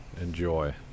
Enjoy